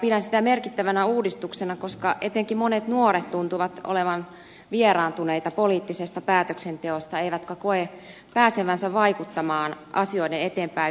pidän sitä merkittävänä uudistuksena koska etenkin monet nuoret tuntuvat olevan vieraantuneita poliittisesta päätöksenteosta eivätkä koe pääsevänsä vaikuttamaan asioiden eteenpäinviemiseen